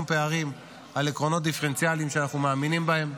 פערים על עקרונות דיפרנציאליים שאנחנו מאמינים בהם,